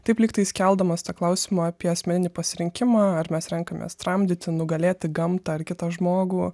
taip lygtais keldamas tą klausimą apie asmeninį pasirinkimą ar mes renkamės tramdyti nugalėti gamtą ar kitą žmogų